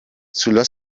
sulla